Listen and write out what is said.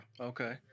Okay